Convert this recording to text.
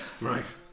right